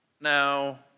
Now